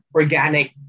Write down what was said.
organic